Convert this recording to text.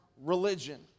religion